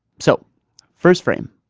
so first frame,